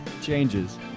Changes